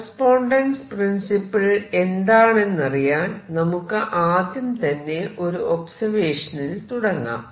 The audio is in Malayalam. കറസ്പോണ്ടൻസ് പ്രിൻസിപ്പിൾ എന്താണെന്നറിയാൻ നമുക്ക് ആദ്യം തന്നെ ഒരു ഒബ്സെർവഷനിൽ തുടങ്ങാം